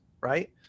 right